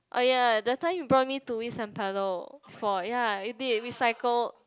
oh ya that time you brought me to eat San-Pello for ya you did we cycled